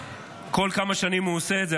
כל כמה שנים הוא עושה את זה.